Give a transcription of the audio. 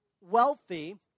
wealthy